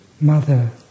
Mother